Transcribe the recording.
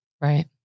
Right